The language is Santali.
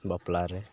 ᱵᱟᱯᱞᱟ ᱨᱮ